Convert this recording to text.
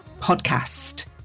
podcast